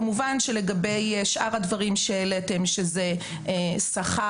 כמובן שלגבי שאר הדברים שהעליתם שזה שכר